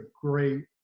great